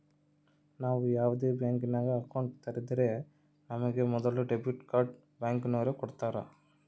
ನಾವು ಯಾವ್ದೇ ಬ್ಯಾಂಕಿನಾಗ ಅಕೌಂಟ್ ತೆರುದ್ರೂ ನಮಿಗೆ ಮೊದುಲು ಡೆಬಿಟ್ ಕಾರ್ಡ್ನ ಬ್ಯಾಂಕಿನೋರು ಕೊಡ್ತಾರ